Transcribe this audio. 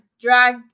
drag